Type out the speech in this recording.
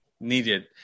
needed